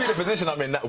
ah position i mean